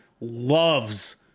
loves